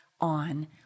on